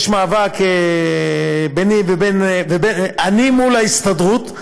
יש מאבק, אני מול ההסתדרות.